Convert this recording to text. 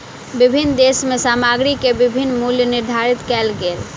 विभिन्न देश में सामग्री के विभिन्न मूल्य निर्धारित कएल गेल